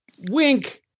Wink